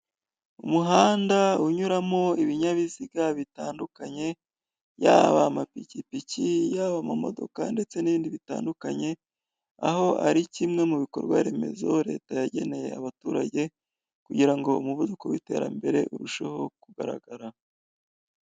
Umuhanda unyuramo ibinyabiziga bitandukanye yaba amapikipiki yaba amamodoka ndetse nibindi bitandukanye, aho ari kimwe mubikorwaremezo leta yageneye abaturage kugira ngo umuvuduko w'iterambere urusheho kugaragara.